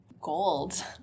gold